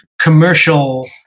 commercial